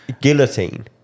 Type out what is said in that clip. guillotine